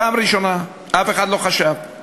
פעם ראשונה, אף אחד לא חשב על זה.